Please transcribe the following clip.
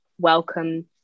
welcome